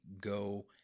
go